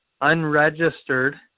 unregistered